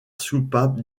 soupape